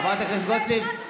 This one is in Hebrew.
חברת הכנסת גוטליב.